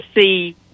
see